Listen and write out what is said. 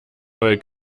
neue